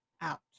out